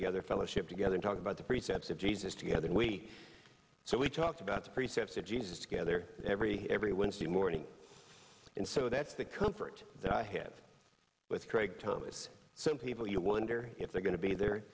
together fellowship together talk about the precepts of jesus together and we so we talked about the precepts of jesus together every every wednesday morning and so that's the comfort that i have with craig thomas so people you wonder if they're going to be there